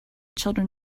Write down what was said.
children